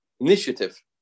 initiative